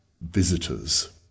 visitors